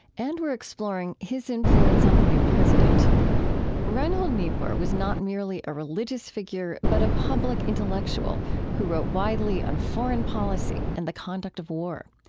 and we're exploring his influence on the new president reinhold niebuhr was not merely a religious figure but a public intellectual who wrote widely on foreign policy and the conduct of war.